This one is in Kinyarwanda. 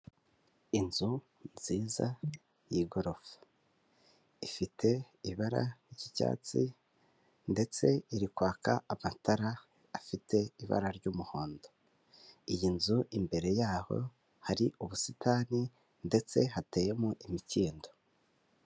Inzu nziza y'igorofa, ifite ibara ry'icyatsi ndetse iri kwaka amatara afite ibara ry'umuhondo. Iyi nzu imbere yaho hari ubusitani ndetse hateyemo imikindo.